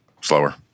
slower